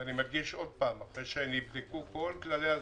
כמובן אחרי שנבדקו כל כללי הזהירות.